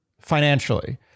financially